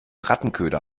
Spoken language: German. rattenköder